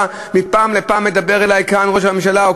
מפעם לפעם מדבר אלי: כאן ראש הממשלה,